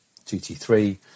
GT3